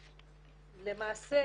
למעשה,